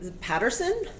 patterson